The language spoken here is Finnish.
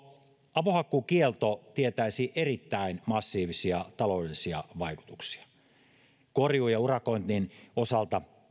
avohakkuukielto tietäisi erittäin massiivisia taloudellisia vaikutuksia korjuun ja urakoinnin osalta